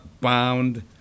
bound